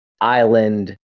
island